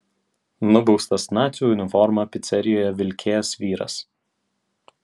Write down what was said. nubaustas nacių uniformą picerijoje vilkėjęs vyras